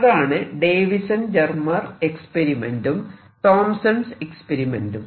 അതാണ് Davisson Germer എക്സ്പെരിമെന്റും Thomson's Thompson's എക്സ്പെരിമെന്റും